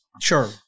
Sure